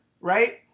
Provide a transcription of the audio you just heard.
right